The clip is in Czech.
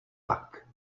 tak